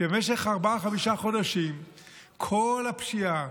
שבמשך ארבעה-חמישה חודשים כל הפשיעה,